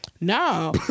No